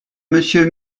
monsieur